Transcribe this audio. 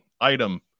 item